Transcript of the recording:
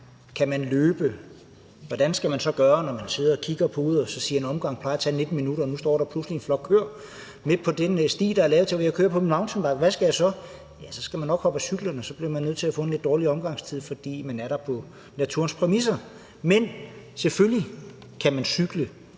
der? Kan man løbe der? Hvad skal man gøre, når man sidder og kigger på uret, hvor en omgang plejer at tage 19 minutter, mens man nu kan se, at der pludselig står en flok køer midt på den sti, der er lavet til at kunne køre mountainbike på? Hvad skal man så? Ja, så skal man nok hoppe af cyklen, og så bliver man nødt til at indse, at man får en lidt dårligere omgangstid, fordi man er der på naturens præmisser. Men selvfølgelig kan man også